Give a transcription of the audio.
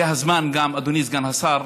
זה הזמן, אדוני סגן השר,